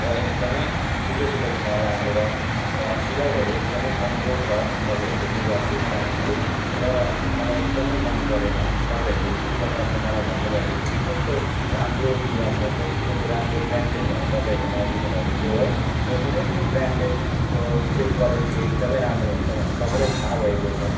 र एकदमै छिटोछिटो भुँवा लागेर सिलाइहरू एकदमै कमजोर छ तपाईँहरूको लुगाको प्यान्टको र मलाई एकदमै मन परेन तपाईँहरूको जुन प्रकारले मलाई भन्नुभएको थियो कि कस्तो राम्रो लुगा छ कति राम्रो ब्रान्डेड भनेर तपाईँहरूको मलाई दिनुभएको थियो है र कुनै पनि ब्रान्डेडको चाहिँ क्वालिटी एकदमै राम्रो हुन्छ भनेर सबैलाई थाह भएको छ